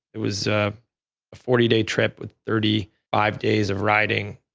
it was a forty day trip with thirty five days of riding,